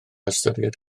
ystyried